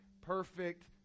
perfect